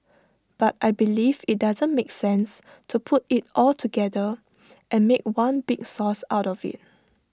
but I believe IT doesn't make sense to put IT all together and make one big sauce out of IT